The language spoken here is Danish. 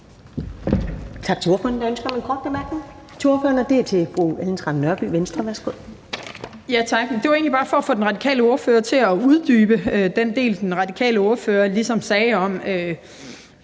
Tak. Jeg vil egentlig bare gerne have den radikale ordfører til at uddybe det, den radikale ordfører ligesom